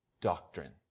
doctrine